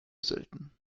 selten